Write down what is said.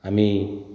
हामी